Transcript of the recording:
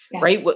right